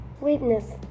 witness